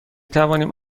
توانیم